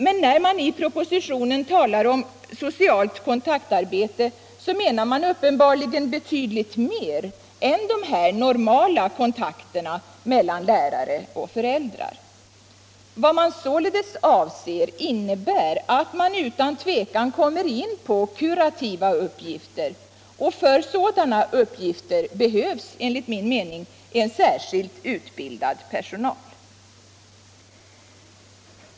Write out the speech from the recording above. Men när man i propositionen talar om socialt kontaktarbete menar man uppenbarligen betydligt mer än de normala kontakterna mellan lärare och föräldrar. Vad man således avser innebär att man utan tvekan kommer in på kurativa uppgifter, och för sådana uppgifter behövs, enligt min mening, särskilt utbildad personal.